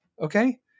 okay